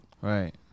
Right